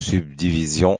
subdivisions